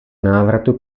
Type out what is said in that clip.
návratu